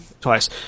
twice